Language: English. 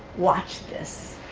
watch this.